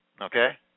okay